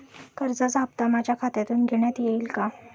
कर्जाचा हप्ता माझ्या खात्यातून घेण्यात येईल का?